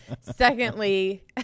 Secondly